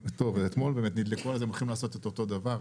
הם הולכים לעשות את אותו הדבר,